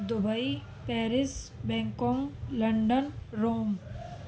Dubai Paris Bangkok London Rome